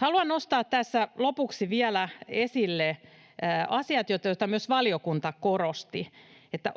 haluan nostaa tässä lopuksi vielä esille asiat, joita myös valiokunta korosti: että